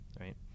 right